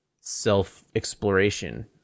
self-exploration